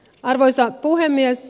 arvoisa puhemies